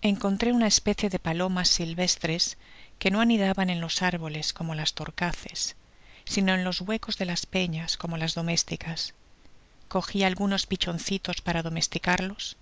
encontró una especie de palomas silvestres que no anidaban en los árboles como las torcaces sino en los huecos de las peñas como las domésticas cogi algunos pichoncitos para domesticarlos